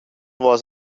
was